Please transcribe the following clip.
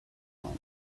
alone